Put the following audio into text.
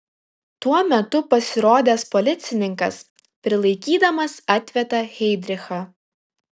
tuo metu pasirodęs policininkas prilaikydamas atveda heidrichą